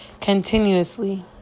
continuously